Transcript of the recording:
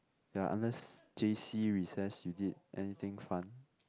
ya unless J_C recess you did anything fun